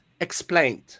explained